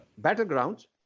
battlegrounds